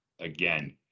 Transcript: Again